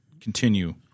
continue